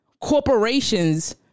corporations